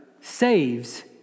saves